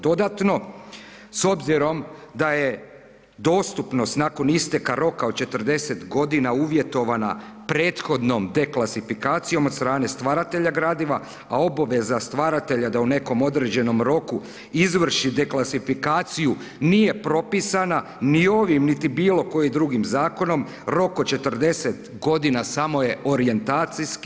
Dodatno s obzirom da je dostupnost nakon isteka roka od 40 godina uvjetovana prethodnom deklasifikacijom od strane stvaratelja gradiva, a obaveza stvaratelja da u nekom određenom roku izvrši deklasifikaciju nije propisana ni ovim, niti bilo kojim drugim zakonom rok od 40 godina samo je orijentacijski.